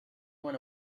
went